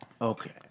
Okay